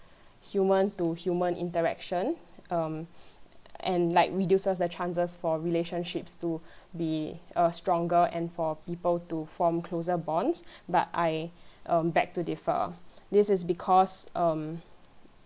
human to human interaction um and like reduces the chances for relationships to be err stronger and for people to form closer bonds but I um beg to differ this is because um